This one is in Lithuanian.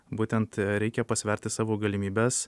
būtent reikia pasverti savo galimybes